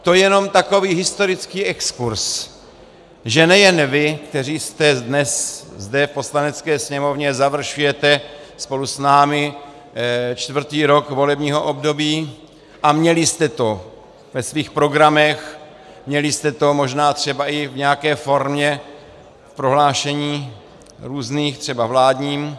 To je jenom takový historický exkurz, že nejen vy, kteří jste dnes zde v Poslanecké sněmovně, završujete spolu s námi čtvrtý rok volebního období a měli jste to ve svých programech, měli jste to možná třeba i v nějaké formě různých prohlášení, třeba ve vládním.